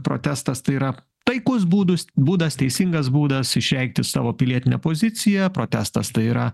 protestas tai yra taikus būdus būdas teisingas būdas išreikti savo pilietinę poziciją protestas tai yra